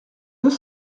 deux